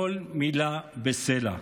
כל מילה בסלע.